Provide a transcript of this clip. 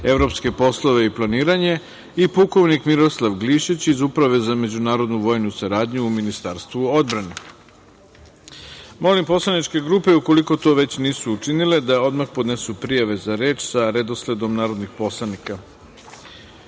evropske poslove i planiranje i pukovnik Miroslav Glišić iz Uprave za međunarodnu vojnu saradnju u Ministarstvu odbrane. Molim poslaničke grupe, ukoliko to već nisu učinile, da odmah podnesu prijave za reč sa redosledom narodnih poslanika. Saglasno